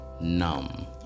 numb